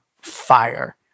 fire